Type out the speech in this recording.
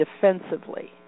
defensively